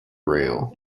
rail